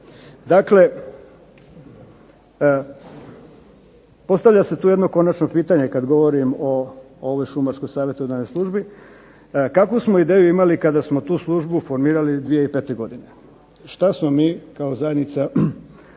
Dakle, postavlja se tu jedno konačno pitanje kad govorim o ovoj šumarskoj savjetodavnoj službi. Kakvu smo ideju imali kada smo tu službu formirali 2005. godine? Što smo mi kao zajednica